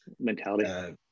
mentality